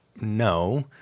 No